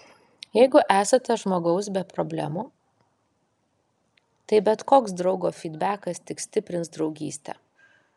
jeigu esate žmogaus be problemų tai bet koks draugo fydbekas tik stiprins draugystę